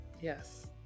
Yes